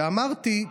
ואמרתי,